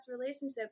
relationship